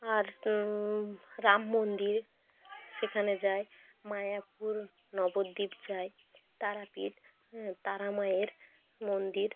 আর রাম মন্দির সেখানে যাই মায়াপুর নবদ্বীপ যাই তারাপীঠ তারা মায়ের মন্দির